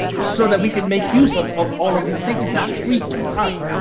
so that we could make use of of all of the seats is not free to us.